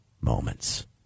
moments